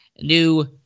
New